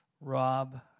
Rob